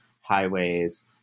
highways